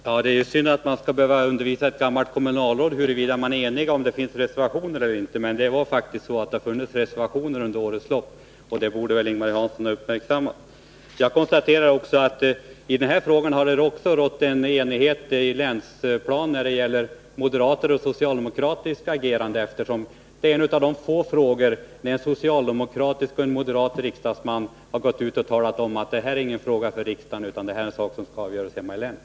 Herr talman! Det är ju synd att man skall behöva undervisa ett gammalt kommunalråd huruvida man är enig eller om det funnits reservationer. Det är faktiskt så att det har funnits reservationer under årens lopp. Det borde Ing-Marie Hansson ha uppmärksammat. Jag konstaterar också att det i denna fråga rått enighet på länsplanet mellan moderater och socialdemokrater. Detta är en av de få frågor där en moderat och en socialdemokratisk riksdagsman har gått ut och talat om att detta inte är någon fråga för riksdagen utan en sak som skall avgöras hemma i länet.